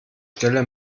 stelle